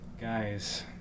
Guys